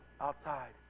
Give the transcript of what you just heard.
outside